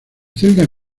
celda